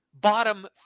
bottom